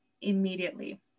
immediately